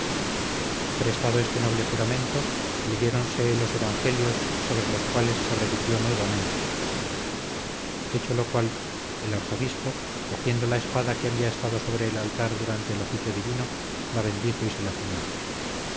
prestado este noble juramento leyéronsele los evangelios sobre los cuales le repitió nuevamente hecho lo cual el arzobispo cogiendo la espada que había estado sobre el altar durante el oficio divino la bendijo y se la ciñó